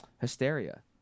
hysteria